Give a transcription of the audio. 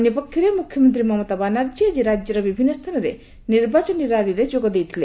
ଅନ୍ୟପକ୍ଷରେ ମ୍ରଖ୍ୟମନ୍ତ୍ରୀ ମମତା ବାନାର୍ଜୀ ଆଜି ରାଜ୍ୟର ବିଭିନ୍ନ ସ୍ଥାନରେ ନିର୍ବାଚନୀ ର୍ୟାଲିରେ ଯୋଗ ଦେଇଛନ୍ତି